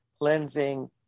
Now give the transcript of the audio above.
cleansing